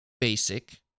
basic